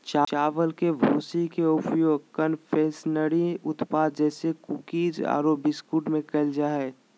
चावल के भूसी के उपयोग कन्फेक्शनरी उत्पाद जैसे कुकीज आरो बिस्कुट में कइल जा है